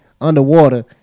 underwater